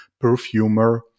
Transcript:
perfumer